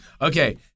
Okay